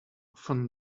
often